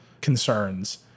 concerns